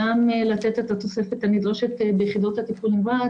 גם לתת את התוספת הנדרשת ביחידות הטיפול נמרץ,